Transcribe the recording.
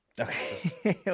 Okay